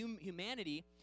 humanity